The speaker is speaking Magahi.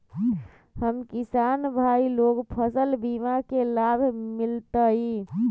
हम किसान भाई लोग फसल बीमा के लाभ मिलतई?